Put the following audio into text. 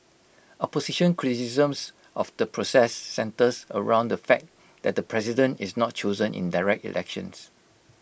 opposition criticisms of the process centres around the fact that the president is not chosen in direct elections